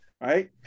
right